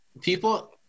people